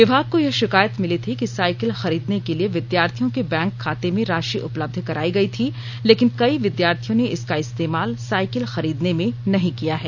विभाग को यह शिकायत मिली थी कि साइकिल खरीदने के लिए विद्यार्थियों के बैंक खाते में राशि उपलब्ध कराई गई थी लेकिन कई विद्यार्थियों ने इसका इस्तेमाल साइकिल खरीदने में नहीं किया है